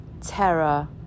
Terror